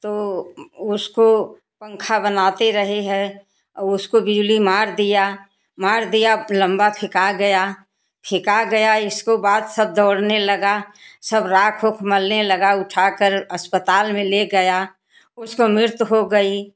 तो उसको पंखा बनाते रहे हैं उसको बिजली मार दिया मार दिया लंबा फेंका गया फेंका गया इसको बाद सब दौड़न लगा सब राख उख मलने लगा उठाकर अस्पताल में ले गया उसकी मृत्यु हो गई